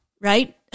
right